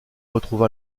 retrouve